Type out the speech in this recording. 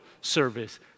service